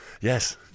Yes